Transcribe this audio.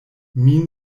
min